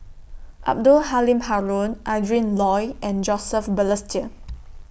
Abdul Halim Haron Adrin Loi and Joseph Balestier